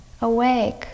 awake